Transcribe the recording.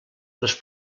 les